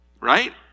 right